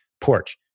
porch